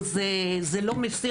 זה לא מסיר